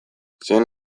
zen